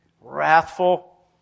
wrathful